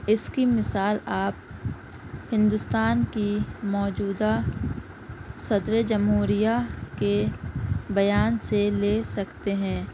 اس کی مثال آپ ہندوستان کی موجودہ صدر جمہوریہ کے بیان سے لے سکتے ہیں